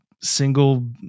single